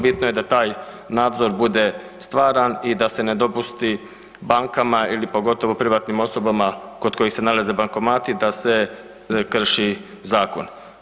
Bitno je da taj nadzor bude stvaran i da se ne dopusti bankama ili pogotovo, privatnim osobama kod kojih se nalaze bankomati, da se krši zakon.